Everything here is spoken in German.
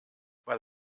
weil